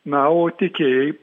na o tiekėjai